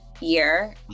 year